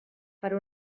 per